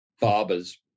barber's